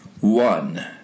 One